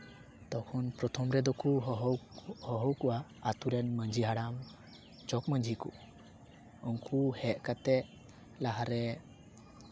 ᱛᱚᱠᱷᱚᱱ ᱯᱨᱚᱛᱷᱚᱢ ᱨᱮᱫᱚ ᱠᱚ ᱦᱚᱦᱚᱣ ᱠᱚ ᱦᱚᱦᱚᱣ ᱠᱚᱣᱟ ᱟᱹᱛᱩᱨᱮᱱ ᱢᱟᱹᱡᱷᱤ ᱦᱟᱲᱟᱢ ᱡᱚᱜᱽ ᱢᱟᱹᱡᱷᱤ ᱠᱚ ᱩᱱᱠᱩ ᱦᱮᱡ ᱠᱟᱛᱮᱫ ᱞᱟᱦᱟᱨᱮ